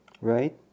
right